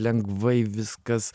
lengvai viskas